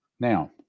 now